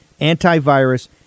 antivirus